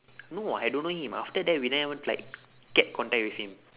no I don't know him after that we never even like get contact with him